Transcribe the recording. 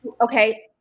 Okay